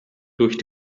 durch